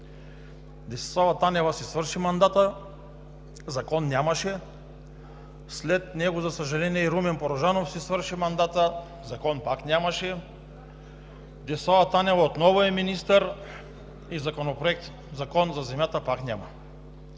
Десислава Танева си свърши мандата, закон нямаше. След нея, за съжаление, и Румен Порожанов си свърши мандата – закон пак нямаше. Десислава Танева отново е министър и Закон за земята пак няма.